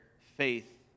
faith